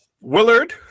Willard